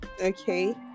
okay